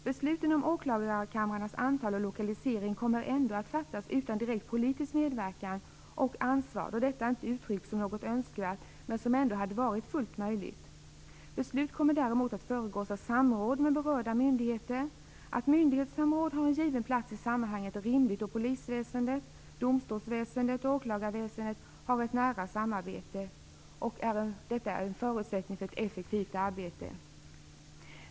Besluten om åklagarkamrarnas antal och lokalisering kommer ändå att fattas utan direkt politisk medverkan och ansvar. Detta är inte uttryckt som något önskvärt men hade ändå varit fullt möjligt. Beslut kommer däremot att föregås av samråd med berörda myndigheter. Att myndighetssamråd har en given plats i sammanhanget är rimligt och att polisväsendet, domstolsväsendet och åklagarväsendet har ett nära samarbete är en förutsättning för ett effektivt arbete.